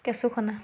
কেঁচুখনা